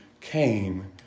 came